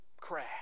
crash